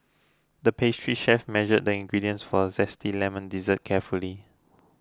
the pastry chef measured the ingredients for a Zesty Lemon Dessert carefully